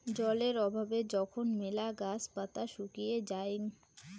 জলের অভাবে যখন মেলা গাছ পাতা শুকিয়ে যায়ং